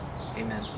amen